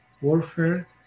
warfare